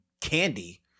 candy